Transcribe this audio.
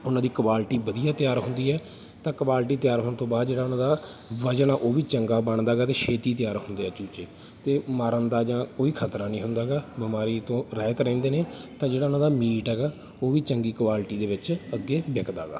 ਉਹਨਾਂ ਦੀ ਕੁਆਲਿਟੀ ਵਧੀਆ ਤਿਆਰ ਹੁੰਦੀ ਹੈ ਤਾਂ ਕੁਵਾਲਿਟੀ ਤਿਆਰ ਹੋਣ ਤੋਂ ਬਾਅਦ ਜਿਹੜਾ ਉਹਨਾਂ ਦਾ ਵਜਨ ਆ ਉਹ ਵੀ ਚੰਗਾ ਬਣਦਾ ਗਾ ਅਤੇ ਛੇਤੀ ਤਿਆਰ ਹੁੰਦੇ ਆ ਚੂਚੇ ਅਤੇ ਮਰਨ ਦਾ ਜਾਂ ਕੋਈ ਖ਼ਤਰਾ ਨਹੀਂ ਹੁੰਦਾ ਹੈਗਾ ਬਿਮਾਰੀ ਤੋਂ ਰਹਿਤ ਰਹਿੰਦੇ ਨੇ ਤਾਂ ਜਿਹੜਾ ਉਹਨਾਂ ਦਾ ਮੀਟ ਹੈਗਾ ਉਹ ਵੀ ਚੰਗੀ ਕੁਵਾਲਿਟੀ ਦੇ ਵਿੱਚ ਅੱਗੇ ਵਿਕਦਾ ਗਾ